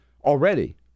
already